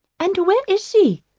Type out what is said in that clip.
and where is she,